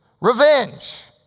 revenge